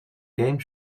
game